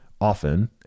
often